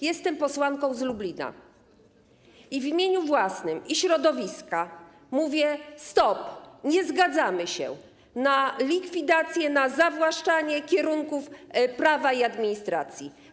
Jestem posłanką z Lublina i w imieniu własnym i środowiska mówię: stop, nie zgadzamy się na likwidację, na zawłaszczanie kierunków prawa i administracji.